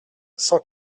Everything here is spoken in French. cent